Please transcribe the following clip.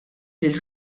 lil